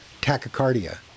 tachycardia